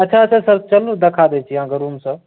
अच्छा अच्छा सर चलू देखा दय छी अहाँकेँ रूम सब